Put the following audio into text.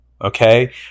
okay